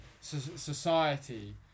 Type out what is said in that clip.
society